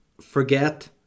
forget